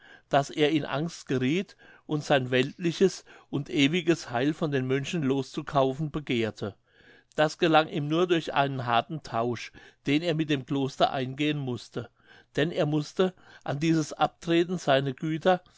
daß er in angst gerieth und sein weltliches und ewiges heil von den mönchen loszukaufen begehrte das gelang ihm nur durch einen harten tausch den er mit dem kloster eingehen mußte denn er mußte an dieses abtreten seine güter